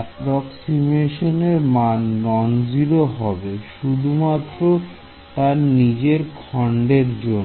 এক্সপ্রেশনের মান নন 0 হবে শুধুমাত্র তার নিজের ফান্ডের জন্য